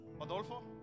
Adolfo